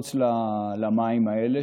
לקפוץ למים האלה,